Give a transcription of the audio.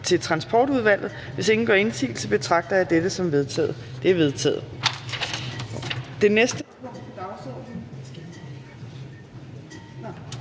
Undervisningsudvalget. Hvis ingen gør indsigelse, betragter jeg dette som vedtaget. Det er vedtaget.